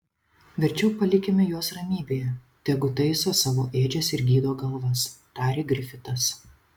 verčiau palikime juos ramybėje tegu taiso savo ėdžias ir gydo galvas tarė grifitas